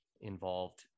involved